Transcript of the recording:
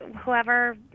whoever